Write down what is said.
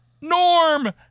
Norm